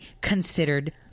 considered